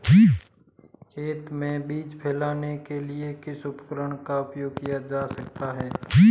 खेत में बीज फैलाने के लिए किस उपकरण का उपयोग किया जा सकता है?